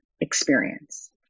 experience